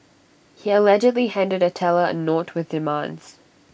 he allegedly handed A teller A note with demands